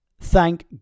Thank